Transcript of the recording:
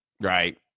right